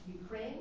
Ukraine